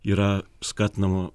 yra skatinama